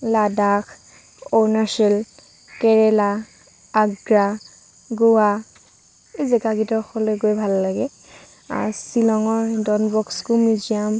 লাডাখ অৰুণাচল কেৰেলা আগ্ৰা গোৱা এই জেগাকিডখৰলৈ গৈ ভাল লাগে শ্বিলঙৰ ডনবস্ক' মিউজিয়াম